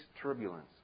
turbulence